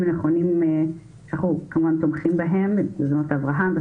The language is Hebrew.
זה הכול מפוזיציה.